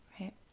right